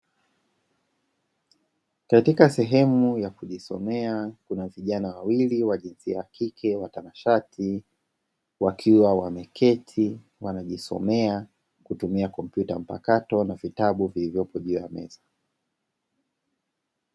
Katika sehemu ya kujisomea kuna vijana wawili wa jinsia ya kike watanashati wakiwa wameketi wanajisomea kutumia kompyuta mpakato na vitabu vilivyopo juu ya meza.